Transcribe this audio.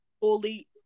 fully